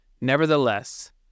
Nevertheless